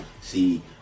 see